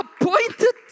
appointed